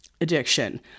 addiction